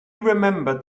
remembered